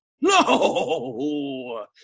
No